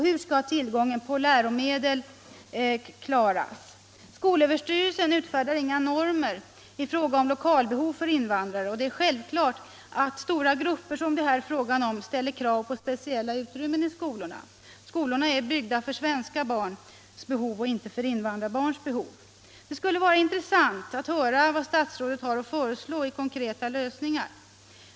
Hur skall tillgången på läromedel för dessa barn klaras? Skolöverstyrelsen utfärdar inga normer i fråga om lokalbehov för invandrarbarn. Det är självklart att stora grupper som det här är fråga om ställer krav på speciella utrymmen i skolan. Skolorna är byggda för svenska barns behov och inte för invandrarbarns behov. Det skulle vara intressant att höra vad statsrådet har att föreslå av konkreta lösningar.